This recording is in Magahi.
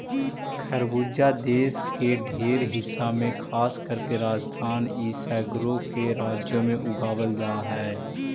खरबूजा देश के ढेर हिस्सा में खासकर के राजस्थान इ सगरो के राज्यों में उगाबल जा हई